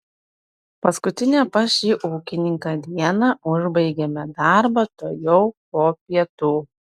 paskutinę pas šį ūkininką dieną užbaigėme darbą tuojau po pietų